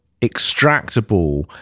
extractable